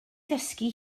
ddysgu